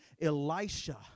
Elisha